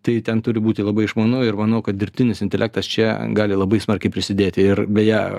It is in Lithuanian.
tai ten turi būti labai išmanu ir manau kad dirbtinis intelektas čia gali labai smarkiai prisidėti ir beje